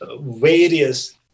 various